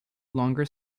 longer